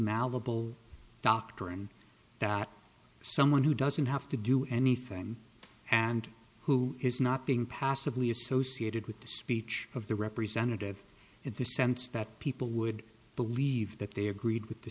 malleable doctrine that someone who doesn't have to do anything and who is not being passively associated with the speech of the representative if the sense that people would believe that they agreed with the